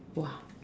!wah!